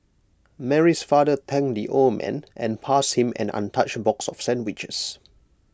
Mary's father thanked the old man and passed him an untouched box of sandwiches